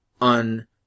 on